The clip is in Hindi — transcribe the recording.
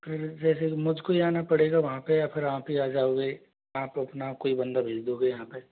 फिर जैसे मुझको ही आना पड़ेगा वहाँ पे या फिर आप ही आ जाओगे आप अपना कोई बंदा भेज दोगे यहाँ पे